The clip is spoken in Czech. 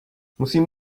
musím